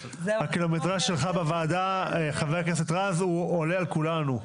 הקילומטרג' שלך בוועדה עולה על כולנו,